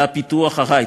לפיתוח היי-טק.